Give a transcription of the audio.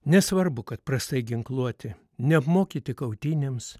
nesvarbu kad prastai ginkluoti neapmokyti kautynėms